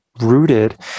rooted